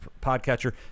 podcatcher